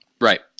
Right